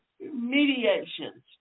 Mediations